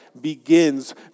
begins